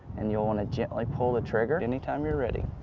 and you'll want to gently pull the trigger anytime you're ready.